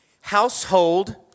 household